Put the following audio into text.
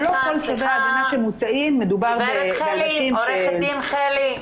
לא כל סוגי הצווים שמוצאים מדובר באנשים כאלה.